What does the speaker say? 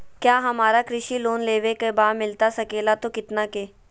क्या हमारा कृषि लोन लेवे का बा मिलता सके ला तो कितना के?